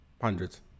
hundreds